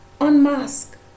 Unmask